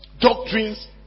doctrines